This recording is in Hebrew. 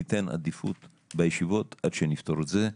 תיתן עדיפות בישיבות עד שנפתור את זה.